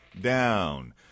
down